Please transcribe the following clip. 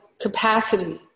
capacity